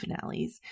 finales